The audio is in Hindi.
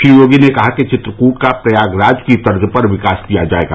श्री योगी ने कहा कि चित्रकूट का प्रयागराज की तर्ज पर विकास किया जायेगा